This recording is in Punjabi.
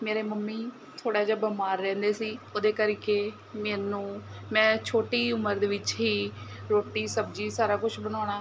ਮੇਰੇ ਮੰਮੀ ਥੋੜ੍ਹਾ ਜਿਹਾ ਬਿਮਾਰ ਰਹਿੰਦੇ ਸੀ ਉਹਦੇ ਕਰਕੇ ਮੈਨੂੰ ਮੈਂ ਛੋਟੀ ਉਮਰ ਦੇ ਵਿੱਚ ਹੀ ਰੋਟੀ ਸਬਜ਼ੀ ਸਾਰਾ ਕੁਛ ਬਣਾਉਣਾ